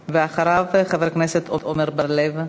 ואחריו, חבר הכנסת עמר בר-לב.